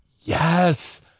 yes